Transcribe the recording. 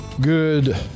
Good